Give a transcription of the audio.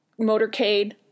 motorcade